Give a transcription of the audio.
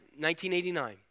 1989